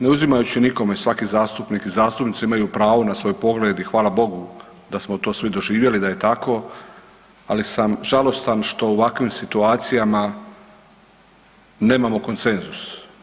Ne uzimajući nikome, svaki zastupnik i zastupnica imaju pravo na svoj pogled i hvala Bogu da smo to svi doživjeli da je tako, ali sam žalostan što u ovakvim situacijama nemao konsenzus.